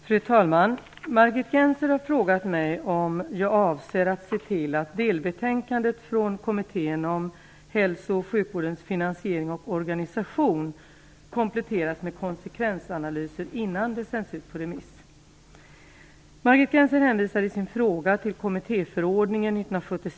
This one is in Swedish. Fru talman! Margit Gennser har frågat mig om jag avser att se till att delbetänkandet från Kommittén .